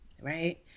right